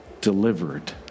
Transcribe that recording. delivered